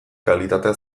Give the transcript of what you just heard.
kalitatea